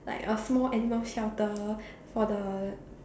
like a small animal shelter for the